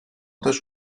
też